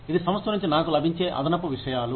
ఇది సంస్థ నుంచి నాకు లభించే అదనపు విషయాలు